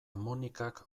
monikak